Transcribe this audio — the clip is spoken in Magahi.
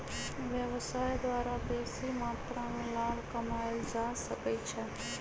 व्यवसाय द्वारा बेशी मत्रा में लाभ कमायल जा सकइ छै